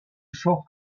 fort